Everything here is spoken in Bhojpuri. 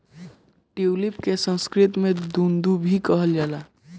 ट्यूलिप के संस्कृत में देव दुन्दुभी कहल जाला